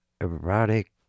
erotic